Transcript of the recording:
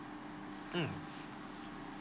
mm